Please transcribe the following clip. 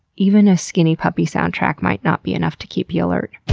even a skinny puppy soundtrack might not be enough to keep you alert.